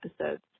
episodes